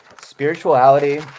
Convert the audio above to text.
Spirituality